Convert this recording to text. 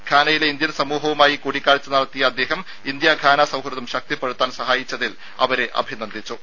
ഘാനയിലെ Indian സമൂഹവുമായി കൂടിക്കാഴ്ച നടത്തിയ അദ്ദേഹം ഇന്ത്യ ഘാന സൌഹൃദം ശക്തിപ്പെടുത്താൻ സഹായിച്ചതിൽ അവരെ അഭിനന്ദിച്ചു